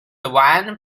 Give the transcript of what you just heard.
one